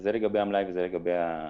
זה לגבי המלאי והקצב.